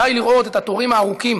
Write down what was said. די לראות את התורים הארוכים